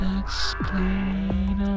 explain